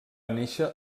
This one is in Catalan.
néixer